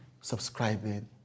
subscribing